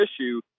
issue